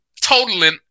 totaling